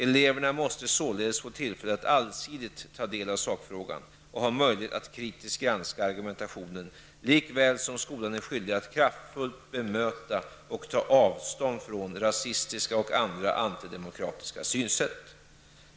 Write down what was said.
Eleverna måste således få tillfälle att allsidigt ta del av sakfrågan och ha möjlighet att kritiskt granska argumentationen likväl som skolan är skyldig att kraftfullt bemöta och ta avstånd från rasistiska och andra antidemokratiska synsätt.